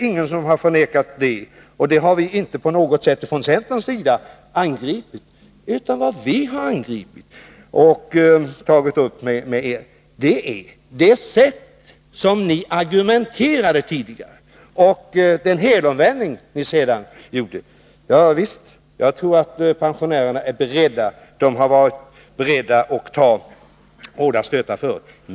Ingen har förnekat det, och från centerns sida har vi inte angripit det. Vad vi har angripit är det sätt på vilket ni argumenterade tidigare och den helomvändning som ni nu har gjort. Jag tror visst att pensionärerna är beredda att ta stötar — de har varit beredda att ta hårda stötar förr.